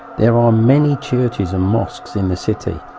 there are many churches and mosques in the city.